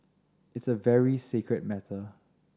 it's a very sacred matter